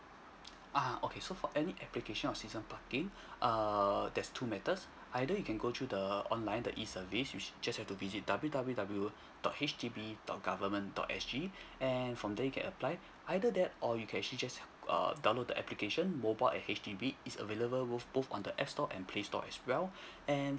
uh okay so for any application of season parking err there's two methods either you can go through the online the E service you just have to visit W_W_W dot H D B dot government dot S_G and from there you can apply either that or you can actually just err download the application mobile at H_D_B is available both app store and play store as well and